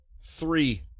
three